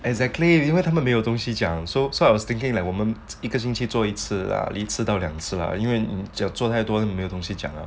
exactly 因为他们没有东西讲 so so I was thinking like 我们一个星期做一次了迟到两次啦因为你只要做太多了没有东西讲